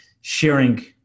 sharing